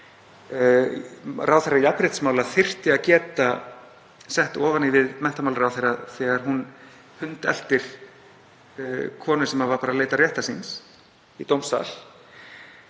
Ráðherra jafnréttismála þyrfti að geta sett ofan í við menntamálaráðherra þegar hún hundeltir konu sem var bara að leita réttar síns í dómsal.